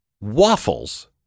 waffles